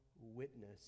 witness